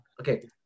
okay